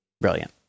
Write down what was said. brilliant